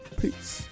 Peace